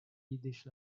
yiddish